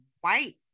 white